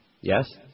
Yes